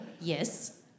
Yes